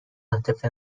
عاطفه